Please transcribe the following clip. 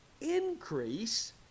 increase